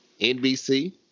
NBC